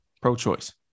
pro-choice